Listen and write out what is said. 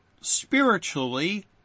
spiritually